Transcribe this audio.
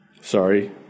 Sorry